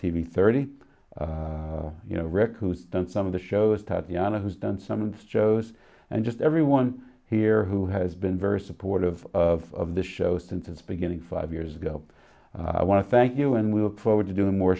v thirty you know rick who's done some of the shows tatiana has done some shows and just everyone here who has been very supportive of the show since its beginning five years ago i want to thank you and we look forward to doing more